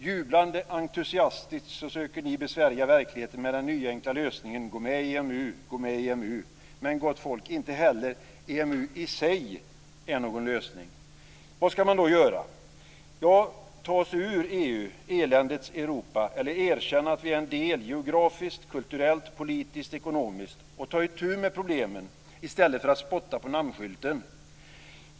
Jublande entusiastiskt söker de besvärja verkligheten med den nyenkla lösningen: Gå med i EMU! Men, gott folk, inte heller EMU är i sig någon lösning. Vad ska man då göra? Ta oss ur EU, eländets Europa, eller erkänna att vi är en del geografiskt, kulturellt, politiskt och ekonomiskt och ta itu med problemen i stället för att spotta på namnskylten?